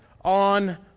on